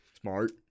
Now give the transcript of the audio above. Smart